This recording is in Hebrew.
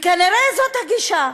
כנראה זאת הגישה.